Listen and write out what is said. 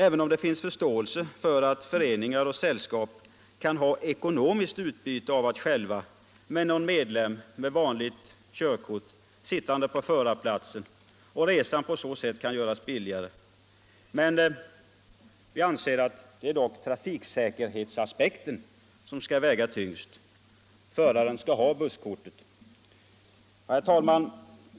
Även om det finns förståelse för att föreningar och sällskap kan ha ekonomiskt utbyte av att själva ordna en buss och ha någon medlem med vanligt körkort sittande på förarplatsen anser vi dock att trafiksäkerhetsaspekten skall väga tyngst. Föraren skall ha busskort. Herr talman!